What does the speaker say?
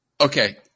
Okay